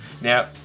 Now